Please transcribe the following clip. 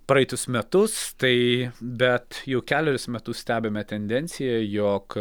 praeitus metus tai bet jau kelerius metus stebime tendenciją jog